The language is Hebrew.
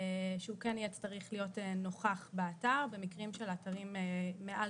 שהוא כן יהיה צריך להיות נוכח באתר במקרים של אתרים של מעל